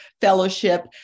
fellowship